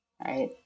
right